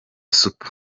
super